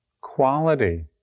quality